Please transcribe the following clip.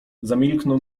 zamilknął